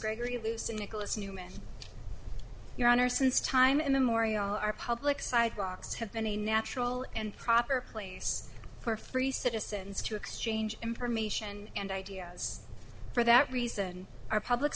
gregory loosen nicholas newman your honor since time immemorial our public sidewalks have been a natural and proper place for free citizens to exchange information and ideas for that reason our public